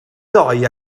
ddoe